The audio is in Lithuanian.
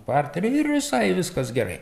partery ir visai viskas gerai